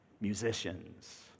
musicians